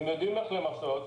הם יודעים איך למסות,